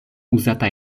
uzata